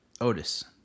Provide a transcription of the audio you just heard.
Otis